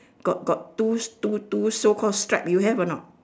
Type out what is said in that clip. got got two two two so called stripe you have or not